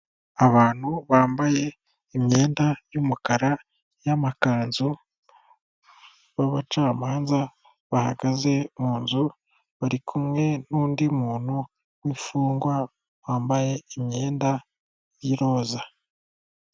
Abantu bambaye imyenda y'umukara y'amakanzu b'abacamanza, bahagaze mu nzu barikumwe n'undi muntu w'imfungwa wambaye imyenda y' iroza.